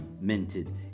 minted